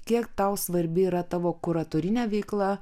kiek tau svarbi yra tavo kuratorinė veikla